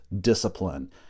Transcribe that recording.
discipline